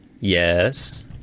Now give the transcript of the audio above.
Yes